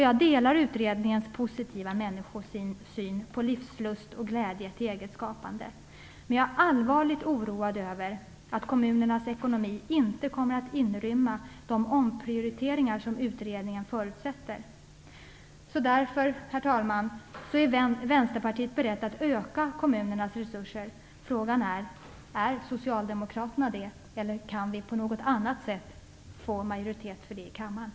Jag delar utredningens positiva människosyn på livslust och glädje i eget skapande. Men jag är allvarligt oroad över att kommunernas ekonomi inte kommer att inrymma de omprioriteringar som utredningen förutsätter. Vänsterpartiet är därför berett att öka kommunernas resurser. Frågan är: Är Socialdemokraterna det, eller kan vi på annat något sätt få majoritet för det i kammaren?